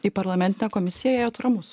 į parlamentinę komisiją ėjot ramus